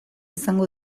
izango